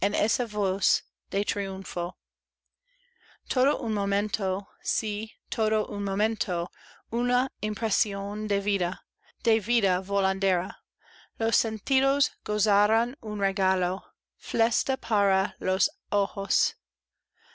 todo un momento sí todo un momento una impresión de vida de vida volandera los sentidos gozaron un regalo fiesta para los ojos